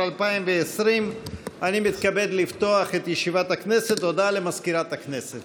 2020 / 10 חוברת י' ישיבה כ"ו כנס מיוחד הישיבה העשרים-ושש של הכנסת